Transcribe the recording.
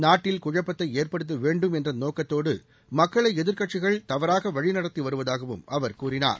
நாட்டில் குழப்பத்தை ஏற்படுத்த வேண்டும் என்ற நோக்கத்தோடு மக்களை எதிர்க்கட்சிகள் தவறாக வழிநடத்தி வருவதாகவும் அவர் கூறினார்